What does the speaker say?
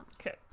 Okay